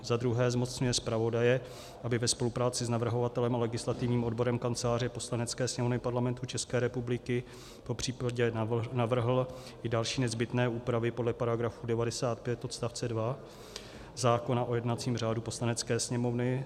II. zmocňuje zpravodaje, aby ve spolupráci s navrhovatelem a legislativním odborem Kanceláře Poslanecké sněmovny Parlamentu České republiky popřípadě navrhl i další nezbytné úpravy podle § 95 odst. 2 zákona o jednacím řádu Poslanecké sněmovny;